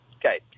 okay